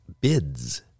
bids